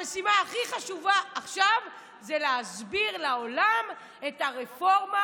המשימה הכי חשובה עכשיו זה להסביר לעולם את הרפורמה,